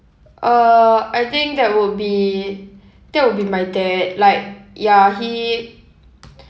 uh I think that would be that would be my dad like ya he